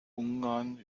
ungarn